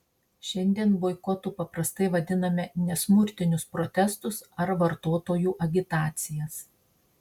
šiandien boikotu paprastai vadiname nesmurtinius protestus ar vartotojų agitacijas